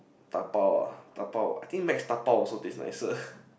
dabao ah dabao I think Macs dabao also taste nicer